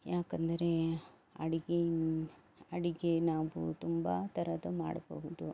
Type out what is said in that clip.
ಯಾಕಂದರೆ ಅಡಿಗೆಯಿಂದ ಅಡಿಗೆ ನಾವು ತುಂಬ ಥರದ ಮಾಡಬಹುದು